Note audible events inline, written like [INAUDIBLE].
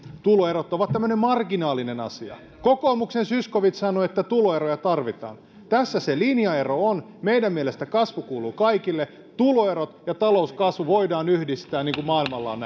tuloerot ovat tämmöinen marginaalinen asia kokoomuksen zyskowicz sanoi että tuloeroja tarvitaan tässä se linjaero on meidän mielestämme kasvu kuuluu kaikille tuloerot ja talouskasvu voidaan yhdistää niin kuin maailmalla on [UNINTELLIGIBLE]